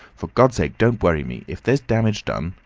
for god's sake don't worry me. if there's damage done,